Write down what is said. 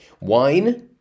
Wine